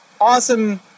awesome